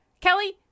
Kelly